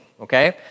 okay